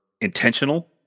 intentional